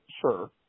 sure